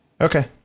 Okay